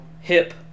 hip